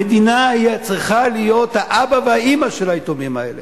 המדינה צריכה להיות האבא והאמא של היתומים האלה.